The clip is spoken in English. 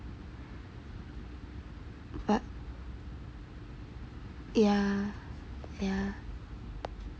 but yeah yeah !huh!